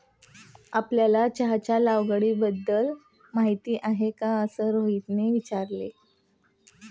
आपल्याला चहाच्या लागवडीबद्दल माहीती आहे का असे रोहितने विचारले?